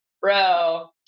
bro